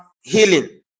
healing